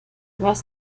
was